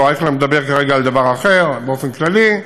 לא, אייכלר מדבר כרגע על דבר אחר, באופן כללי,